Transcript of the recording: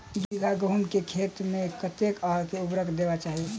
दु बीघा गहूम केँ खेत मे कतेक आ केँ उर्वरक देबाक चाहि?